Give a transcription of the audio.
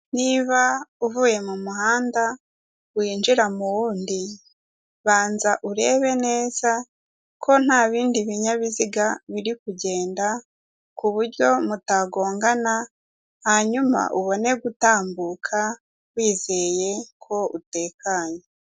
Niba uvuye mumuhanda winjira mu wundi, banza urebe neza ko nta bindi binyabiziga biri kugenda ku buryo mutagongana, hanyuma ubone gutambuka wizeye ko utekanye.